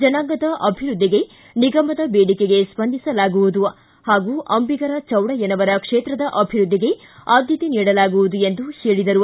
ಜನಾಂಗದ ಅಭಿವೃದ್ದಿಗೆ ನಿಗಮದ ಬೇಡಿಕೆಗೆ ಸ್ವಂದಿಸಲಾಗುವುದು ಹಾಗೂ ಅಂಬಿಗರ ಚೌಡಯ್ಕನವರ ಕ್ಷೇತ್ರದ ಅಭಿವೃದ್ಧಿಗೆ ಆದ್ಕತೆ ನೀಡಲಾಗುವುದು ಎಂದು ಹೇಳಿದರು